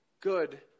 good